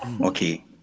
Okay